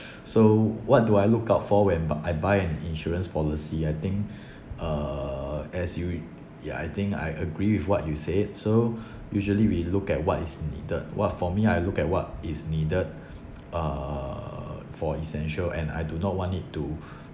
so what do I look out for when buy I buy an insurance policy I think uh as you ya I think I agree with what you said so usually we look at what is needed what for me I look at what is needed uh for essential and I do not want it to